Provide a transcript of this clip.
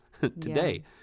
today